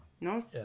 No